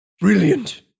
Brilliant